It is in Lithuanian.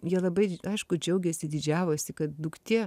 jie labai aišku džiaugėsi didžiavosi kad duktė